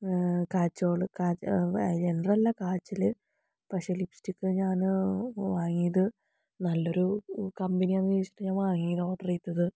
Kajol Kajol eyeliner അല്ല കാജൽ പക്ഷേ lipstick ഞാൻ വാങ്ങിയത് നല്ലൊരു കമ്പനിയാണെന്ന് വച്ചിട്ടാണ് വാങ്ങിയത് ഓർഡർ ചെയ്തത്